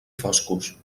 foscos